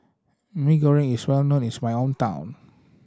Mee Goreng is well known in my hometown